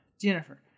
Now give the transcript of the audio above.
Jennifer